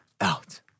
out